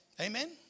Amen